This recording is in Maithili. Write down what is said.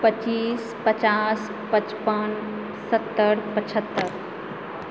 पच्चीस पचास पचपन सत्तर पचहत्तर